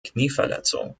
knieverletzung